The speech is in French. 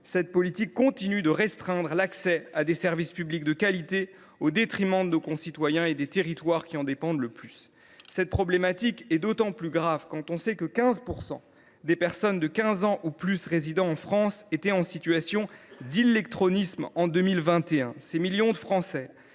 est menée continue de restreindre l’accès à des services publics de qualité, au détriment de nos concitoyens et des territoires qui en dépendent le plus. Le problème est d’autant plus grave que 15 % des personnes de 15 ans ou plus résidant en France étaient en situation d’illectronisme en 2021. Ces millions de Français,